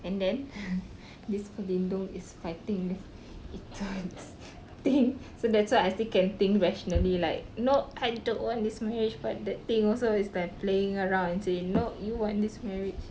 and then this pelindung is fighting with etol's thing so that's why I still can think rationally like no I don't want this marriage but that thing also is like playing around and say no you want this marriage